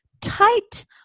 tight